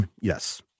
Yes